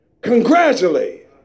congratulate